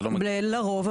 לרוב,